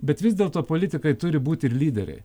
bet vis dėlto politikai turi būt ir lyderiai